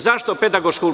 Zašto pedagošku?